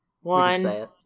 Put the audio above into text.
One